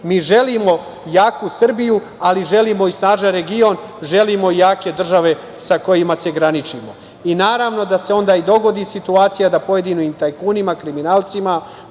mi želimo jaku Srbiju, ali želimo i snažan region, želimo jake države sa kojima se graničimo. Naravno da se onda i dogodi situacija da pojedinim tajkunima, kriminalcima,